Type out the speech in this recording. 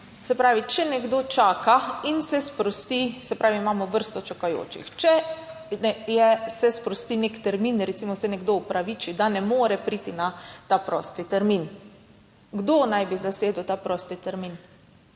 Se pravi, če nekdo čaka in se sprosti, se pravi, imamo vrsto čakajočih, če se sprosti nek termin, recimo, se nekdo upraviči, da ne more priti na ta prosti termin, kdo naj bi zasedel ta prosti termin?